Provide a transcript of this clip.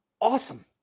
awesome